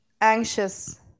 anxious